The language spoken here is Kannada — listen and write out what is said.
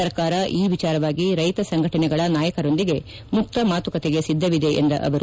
ಸರ್ಕಾರ ಈ ವಿಚಾರವಾಗಿ ರೈತ ಸಂಘಟನೆಗಳ ನಾಯಕರೊಂದಿಗೆ ಮುಕ್ತ ಮಾತುಕತೆಗೆ ಸಿದ್ದವಿದೆ ಎಂದ ಅವರು